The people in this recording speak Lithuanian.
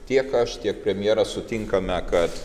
tiek aš tiek premjeras sutinkame kad